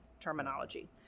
terminology